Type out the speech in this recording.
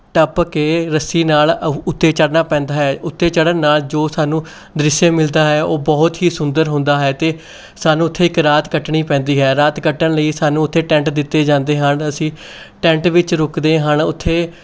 ਟੱਪ ਕੇ ਰੱਸੀ ਨਾਲ ਉੱਤੇ ਚੜਨਾ ਪੈਂਦਾ ਹੈ ਉੱਤੇ ਚੜਨ ਨਾਲ ਜੋ ਸਾਨੂੰ ਦ੍ਰਿਸ਼ ਮਿਲਦਾ ਹੈ ਉਹ ਬਹੁਤ ਹੀ ਸੁੰਦਰ ਹੁੰਦਾ ਹੈ ਅਤੇ ਸਾਨੂੰ ਉੱਥੇ ਇੱਕ ਰਾਤ ਕੱਟਣੀ ਪੈਂਦੀ ਹੈ ਰਾਤ ਕੱਟਣ ਲਈ ਸਾਨੂੰ ਉੱਥੇ ਟੈਂਟ ਦਿੱਤੇ ਜਾਂਦੇ ਹਨ ਅਸੀਂ ਟੈਂਟ ਵਿੱਚ ਰੁਕਦੇ ਹਨ ਉੱਥੇ